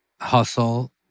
Hustle